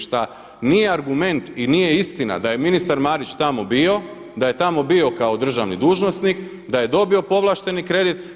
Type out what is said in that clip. Šta nije argument i nije istina da je ministar Marić tamo bio, da je tamo bio kao državni dužnosnik, da je dobio povlašteni kredit?